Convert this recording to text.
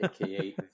aka